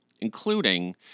including